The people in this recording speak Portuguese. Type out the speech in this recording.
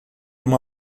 uma